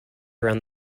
around